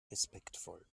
respektvoll